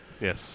Yes